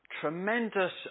tremendous